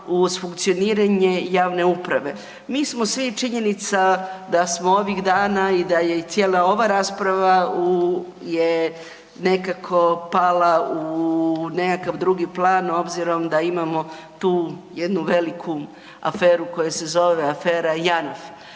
uz funkcioniranje javne uprave. Mi smo svi, činjenica da smo ovih dana i da je i cijela ova rasprava je nekako pala u nekakav drugi plan obzirom da imamo tu jednu veliku aferu koja se zove JANAF,